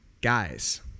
guys